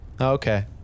Okay